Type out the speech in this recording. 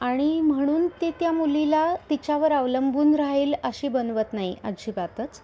आणि म्हणून ते त्या मुलीला तिच्यावर अवलंबून राहील अशी बनवत नाही अजिबातच